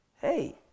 Hey